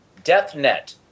DeathNet